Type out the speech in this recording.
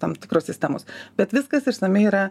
tam tikros sistemos bet viskas išsamiai yra